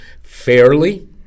fairly